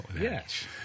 yes